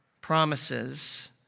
promises